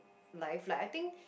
life like I think